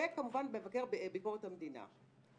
וכמובן מבקר ביקורת המדינה.